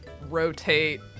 rotate